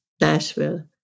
Nashville